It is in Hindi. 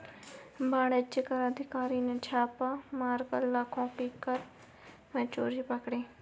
वाणिज्य कर अधिकारी ने छापा मारकर लाखों की कर की चोरी पकड़ी